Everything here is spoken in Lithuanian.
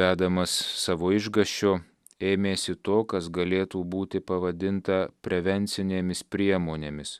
vedamas savo išgąsčio ėmėsi to kas galėtų būti pavadinta prevencinėmis priemonėmis